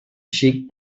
xic